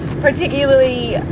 particularly